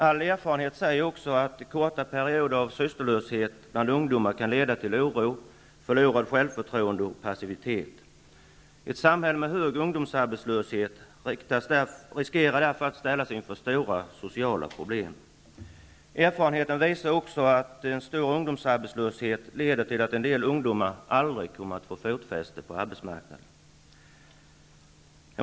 All erfarenhet säger att korta perioder av sysslolöshet bland ungdomar kan leda till oro, förlorat självförtroende samt passivitet. Ett samhälle med hög ungdomsarbetslöshet riskerar därför att ställas inför stora sociala problem. Erfarenheten visar också att en stor ungdomsarbetslöshet leder till att en del ungdomar aldrig kommer att få fotfäste på arbetsmarknaden.